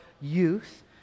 youth